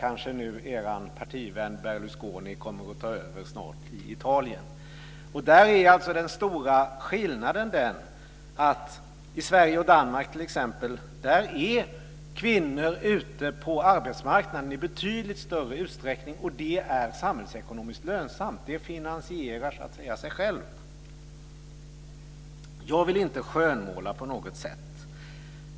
Kanske er partivän Berlusconi snart kommer att ta över i Italien. Den stora skillnaden är att i t.ex. Danmark och Sverige är kvinnor ute på arbetsmarknaden i betydligt större utsträckning, och det är samhällsekonomiskt lönsamt. Det finansierar så att säga sig självt. Jag vill inte skönmåla på något sätt.